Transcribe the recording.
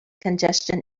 congestion